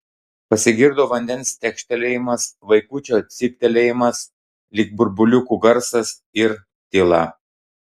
pasigirdo vandens tekštelėjimas vaikučio cyptelėjimas lyg burbuliukų garsas ir tyla